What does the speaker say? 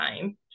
time